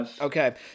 okay